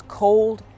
cold